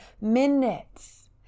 minutes